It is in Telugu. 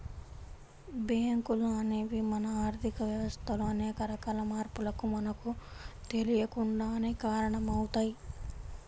బ్యేంకులు అనేవి మన ఆర్ధిక వ్యవస్థలో అనేక రకాల మార్పులకు మనకు తెలియకుండానే కారణమవుతయ్